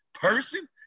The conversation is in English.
person